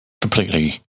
completely